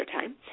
time